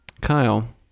Kyle